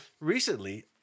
Recently